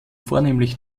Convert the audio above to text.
vornehmlich